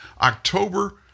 October